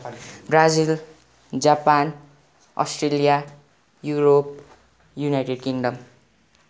Brazil Japan Australia Europe United kingdom